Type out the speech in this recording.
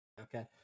okay